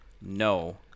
no